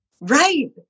right